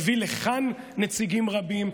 הוא הביא לכאן נציגים רבים,